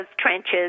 trenches